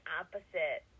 opposite